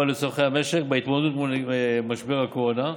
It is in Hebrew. ולצורכי המשק בהתמודדות מול משבר הקורונה,